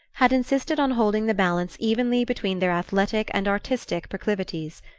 had insisted on holding the balance evenly between their athletic and artistic proclivities.